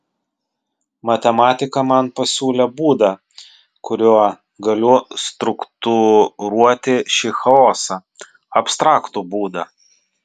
matematika man pasiūlė būdą kuriuo galiu struktūruoti šį chaosą abstraktų būdą